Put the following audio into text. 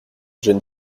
jeune